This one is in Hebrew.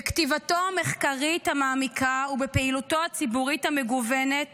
בכתיבתו המחקרית המעמיקה ובפעילותו הציבורית המגוונת